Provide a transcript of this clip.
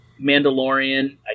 Mandalorian